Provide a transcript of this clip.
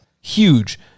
huge